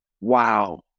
Wow